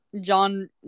John